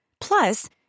Plus